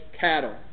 cattle